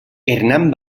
hernán